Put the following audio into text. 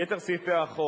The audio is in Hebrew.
יתר סעיפי החוק,